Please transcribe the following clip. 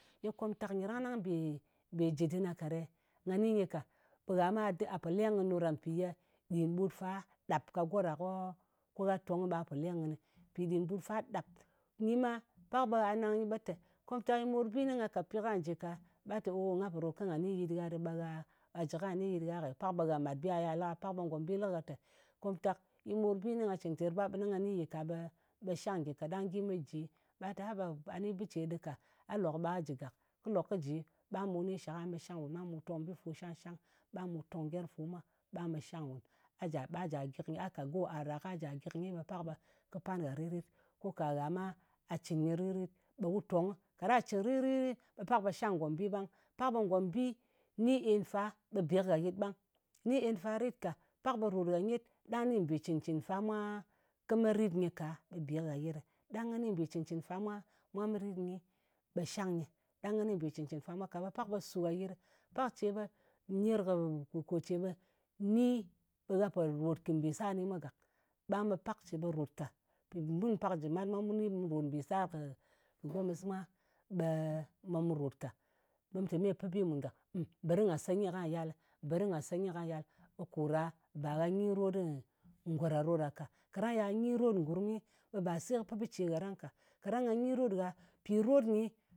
Ye komtak nyɨ rang ɗang ɓe jɨ dɨ́r na ka ɗe. Nga ni nyɨ ka. Ɓe gha ɓang gha po leng kɨnɨ ɗo ɗa, mpì ye ɗin ɓut fa ɗap ka go ɗa, ko gha to ng ɓa po leng kɨnɨ. Mpì ɗin ɓut fa ɗap. Pak ɓe gha nang nyɨ ɓe tè, komtak yi morbi. Yi ni ngha katpi ko nga jɨ ka. Ɓa te ò, nga pò ròt ko nga ni yɨt gha ɗɨ, ɓe gha jɨ kà ni yɨt gha kè. Pak ɓe gha màtbi gha yal. Pak ɓe ngòmbi lɨ kɨ gha te, komtak yi morbi, yi ni nga cɨn ter bap ɓe nga ni yɨ ka, ɓe shang ngyɨ ka, ɗang gyi me ji. Ɓa te, haba gwà ni bɨ ce ɗɨ ka. A lok ɓa jɨ gàk. Kɨ lòk kɨ ji, ɓang ɓu ni shak aha ɓe shang wùn gàk. Ɓang ɓu tong bi fu shang-shang. Bang ɓu tong gyerm fu mwa, ɓang ɓe shang nwùn. A ja, a ka go a ɗa, kwa jà gyik nyi, ɓe pak ɓe kɨ pan gha rit-rit. Ko ka gha ma, gha cɨn nyɨ ri-rit, ɓe wu tong, kaɗa cɨn ri-rit ɗɨ, ɓe pak ɓe shang nombi ɓang. Pak ɓe ngombi ni en fa, ɓe be kɨ gha yɨt ɓang. Ni en fa rit ka. Pak ɓe ròt gha nyet, ɗang ni ɲbì cɨn-cɨn fa mwa kɨ met rit nyɨ ka, ɓe be kɨ gha yɨt ɗɨ. Ɗang kɨ ni mbì cɨncɨn fa mwa mwa me rit nyi, ɓe ɓe shang nyɨ. Ɗang kɨ ni mbì cɨn-cɨn fa mwa, ka ɓe pak ɓe su gha yɨt ɗɨ. Pak ce ɓe ner kɨ, ko ce ɓe ni gha pò ròt kɨ mbìsar kɨni mwa gak. Ɓang ɓe pak ce ɓe rot ka. Mpì munu pak jemat mwa, muni, ɓe mu ròt mbìsar kɨ kɨ gomɨs mwa, ɓe ɓe mù ròt ka. Ɓe mu te me pi bi mùn gak. Bèri nga se nyi kà yalɨ, beri nga se nyɨ ka yalɨ. Ɓe ko ɗa, ba gha nyin rot ɗɨ ngò ɗa ɗo ɗa ka. Kaɗang yà nyin rot ngurm, ɓe ba se kɨ pɨ bɨ ce gha ɗang ka. Kaɗang nga nyin rot ngha, mpi rot nyi,